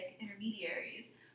intermediaries